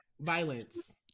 Violence